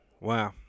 Wow